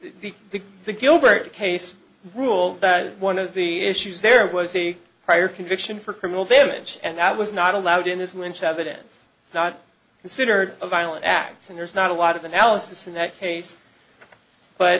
citing the gilbert case ruled by one of the issues there was a prior conviction for criminal damage and that was not allowed in this lynch evidence it's not considered a violent acts and there's not a lot of analysis in that case but